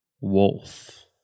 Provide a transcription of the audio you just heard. Wolf